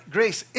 Grace